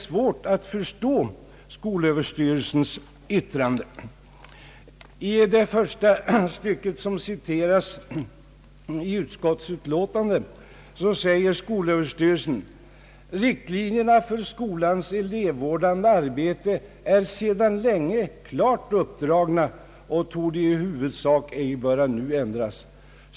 I det första stycket av yttrandet som finns återgivet på s. 2 i utlåtandet heter det: »Riktlinjerna för skolans elevvårdande arbete är sedan länge klart uppdragna och torde i huvudsak ej böra nu ändras.